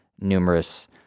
numerous